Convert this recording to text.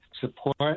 support